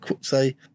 say